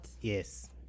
Yes